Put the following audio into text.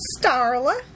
Starla